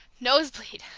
nosebleed!